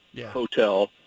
hotel